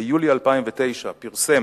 ביולי 2009 פרסם